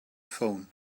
phone